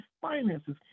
finances